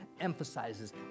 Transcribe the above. emphasizes